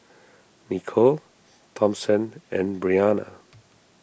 Nicole Thompson and Brianna